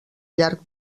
llarg